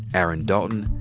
aaron dalton,